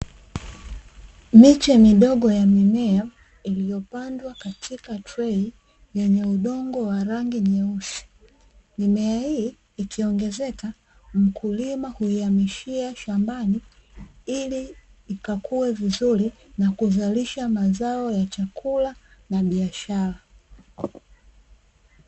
Miche midogo ya mimea, iliyopandwa katika trei yenye udongo wa rangi nyeusi. Mimea hii ikiongezeka mkulima huihamishia shambani ili ikakue vizuri na kuzalisha mazao ya chakula na biashara.